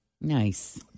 Nice